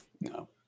no